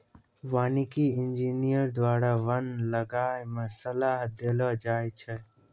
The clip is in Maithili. वानिकी इंजीनियर द्वारा वन लगाय मे सलाह देलो जाय छै